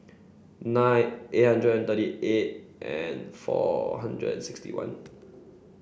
nine eight hundred thirty eight and four hundred and sixty one